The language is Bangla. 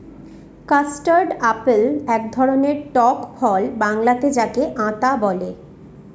কাস্টারড আপেল এক ধরনের টক ফল বাংলাতে যাকে আঁতা বলে